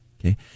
okay